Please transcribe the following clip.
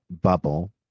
bubble